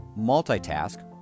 multitask